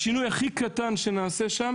השינוי הכי קטן שנעשה שם